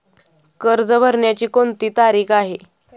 कर्ज भरण्याची कोणती तारीख आहे?